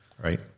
Right